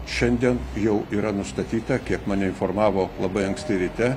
šiandien jau yra nustatyta kiek mane informavo labai anksti ryte